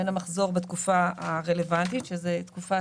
בין המחזור בתקופה הרלוונטית שזאת תקופת